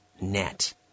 net